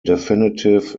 definitive